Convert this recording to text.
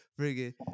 Friggin